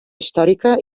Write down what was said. històrica